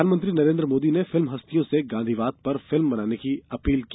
प्रधानमंत्री नरेन्द्र मोदी ने फिल्मी हस्तियों से गांधीवाद पर फिल्में बनाने की अपील की